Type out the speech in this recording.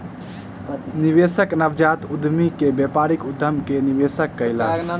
निवेशक नवजात उद्यमी के व्यापारिक उद्यम मे निवेश कयलक